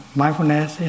mindfulness